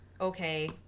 okay